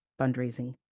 fundraising